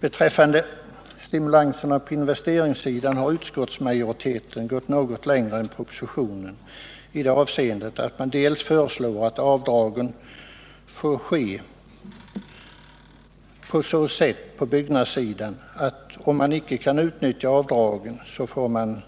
Beträffande stimulanserna på investeringssidan har utskottsmajoriteten gått något längre än propositionen i det avseendet att man föreslår att avdragen även på byggnadssidan skall få ersättas med